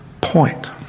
point